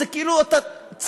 זה כאילו צעצוע,